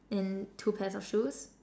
and two pairs of shoes